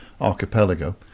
archipelago